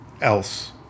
else